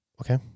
okay